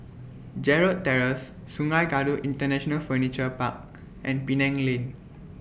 Gerald Terrace Sungei Kadut International Furniture Park and Penang Lane